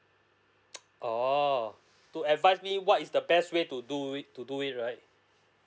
oo to advise me what is the best way to do it to do it right